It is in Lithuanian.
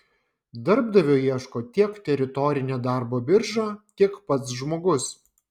darbdavio ieško tiek teritorinė darbo birža tiek pats žmogus